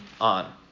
on